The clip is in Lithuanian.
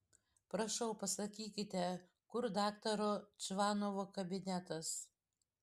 prašau pasakykite kur daktaro čvanovo kabinetas